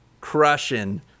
crushing